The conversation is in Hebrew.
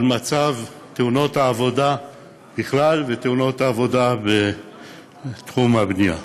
על מצב תאונות העבודה בכלל ותאונות העבודה בתחום הבנייה.